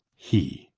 he.